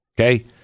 Okay